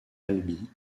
albi